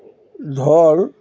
ধর